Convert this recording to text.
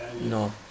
no